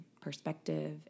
perspective